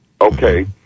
Okay